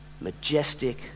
Majestic